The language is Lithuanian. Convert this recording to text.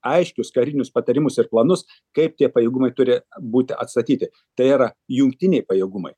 aiškius karinius patarimus ir planus kaip tie pajėgumai turi būti atstatyti tai yra jungtiniai pajėgumai